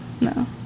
No